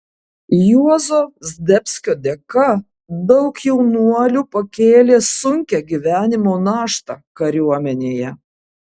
juozo zdebskio dėka daug jaunuolių pakėlė sunkią gyvenimo naštą kariuomenėje